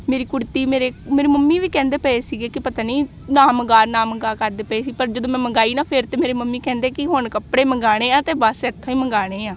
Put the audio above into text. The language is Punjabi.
ਮੇਰੀ ਕੁੜਤੀ ਮੇਰੇ ਮੇਰੀ ਮੰਮੀ ਵੀ ਕਹਿੰਦੇ ਪਏ ਸੀਗੇ ਕਿ ਪਤਾ ਨਹੀਂ ਨਾ ਮੰਗਵਾ ਨਾ ਮੰਗਵਾ ਕਰਦੇ ਪਏ ਸੀ ਪਰ ਜਦੋਂ ਮੈਂ ਮੰਗਵਾਈ ਨਾ ਫਿਰ ਤਾਂ ਮੇਰੇ ਮੰਮੀ ਕਹਿੰਦੇ ਕਿ ਹੁਣ ਕੱਪੜੇ ਮੰਗਵਾਉਣੇ ਆ ਤਾਂ ਬਸ ਇੱਥੋਂ ਹੀ ਮੰਗਵਾਉਣੇ ਆ